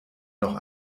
noch